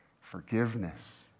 forgiveness